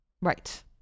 Right